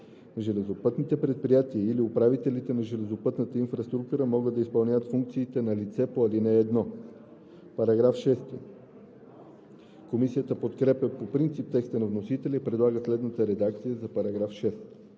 Железопътните предприятия или управителите на железопътната инфраструктура могат да изпълняват функциите на лице по ал. 1.“ Комисията подкрепя по принцип текста на вносителя и предлага следната редакция за § 6: „§ 6.